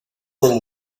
little